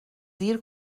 زیر